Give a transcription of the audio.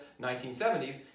1970s